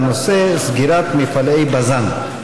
והנושא: סגירת מפעלי בז"ן.